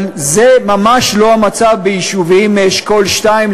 אבל זה ממש לא המצב ביישובים מאשכול 2,